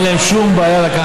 אין להם שום בעיה לקחת